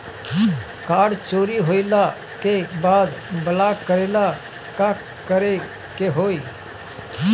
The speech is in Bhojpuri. कार्ड चोरी होइला के बाद ब्लॉक करेला का करे के होई?